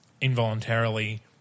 Involuntarily